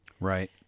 Right